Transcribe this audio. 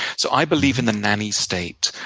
so i believe in the nanny state.